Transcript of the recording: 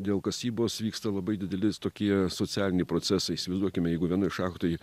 dėl kasybos vyksta labai dideli tokie socialiniai procesai įsivaizduokime jeigu vienoj šachtoj